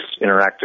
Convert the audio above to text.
interactive